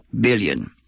billion